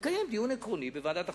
לקיים דיון עקרוני בוועדת החוקה.